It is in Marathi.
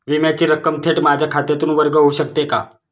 विम्याची रक्कम थेट माझ्या खात्यातून वर्ग होऊ शकते का?